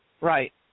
right